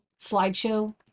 slideshow